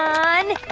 on.